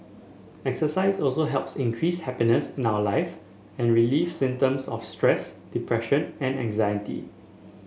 exercise also helps increase happiness in our life and relieve symptoms of stress depression and anxiety